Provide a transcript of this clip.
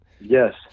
yes